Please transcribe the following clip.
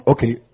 Okay